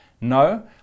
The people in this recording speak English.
no